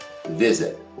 Visit